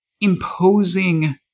imposing